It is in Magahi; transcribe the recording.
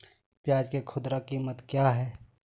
प्याज के खुदरा कीमत क्या है?